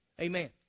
Amen